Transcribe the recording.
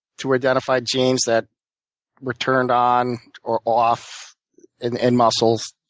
to identify genes that were turned on or off in and muscles,